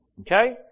Okay